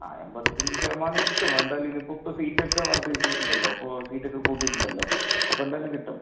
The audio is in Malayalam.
ആ എമ്പത്തഞ്ച് ശതമാനം കിട്ടും എന്തായാലും ഇത് ഇപ്പോൾ ഒക്കെ സീറ്റ് ഒക്കെ വർദ്ധിച്ച് ഉണ്ടല്ലൊ അപ്പോൾ സീറ്റ് ഒക്കെ കൂട്ടിയിട്ട് ഉണ്ടല്ലൊ അപ്പോൾ എന്തായാലും കിട്ടും